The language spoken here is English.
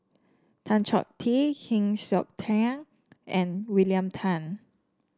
Tan Choh Tee Heng Siok Tian and William Tan